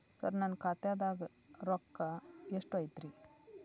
ಸರ ನನ್ನ ಖಾತ್ಯಾಗ ರೊಕ್ಕ ಎಷ್ಟು ಐತಿರಿ?